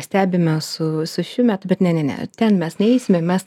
stebime su su šių metų bet ne ne ten mes neisime mes